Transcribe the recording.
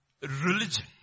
religion